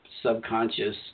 subconscious